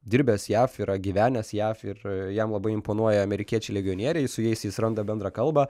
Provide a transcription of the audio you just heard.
dirbęs jav yra gyvenęs jav ir jam labai imponuoja amerikiečiai legionieriai su jais jis randa bendrą kalbą